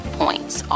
points